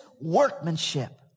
workmanship